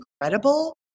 incredible